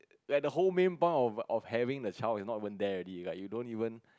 that the whole main bunch of of having the child is not even there already like you don't even